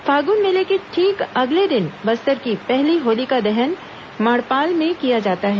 फागुन मेले के ठीक अगले दिन बस्तर की पहली होलिका दहन माड़पाल में किया जाता है